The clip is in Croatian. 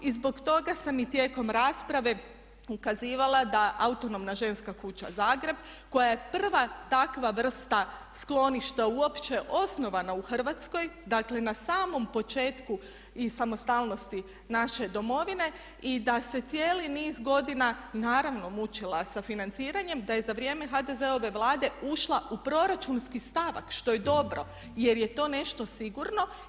I zbog toga sam i tijekom rasprave ukazivala da autonomna Ženska kuća Zagreb koja je prva takva vrsta skloništa uopće osnovana u Hrvatskoj, dakle na samom početku i samostalnosti naše domovine i da se cijeli niz godina, naravno mučila sa financiranjem, da je za vrijeme HDZ-ove Vlade ušla u proračunski stavak što je dobro jer je to nešto sigurno.